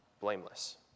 blameless